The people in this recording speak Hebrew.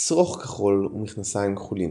שרוך כחול ומכנסיים כחולים.